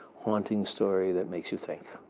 haunting story, that makes you think,